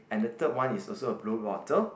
and the third one is also a blue bottle